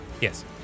Yes